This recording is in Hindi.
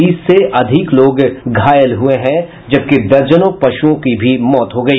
बीस से अधिक लोग घायल हुए हैं जबकि दर्जनों पशुओं की भी मौत हो गयी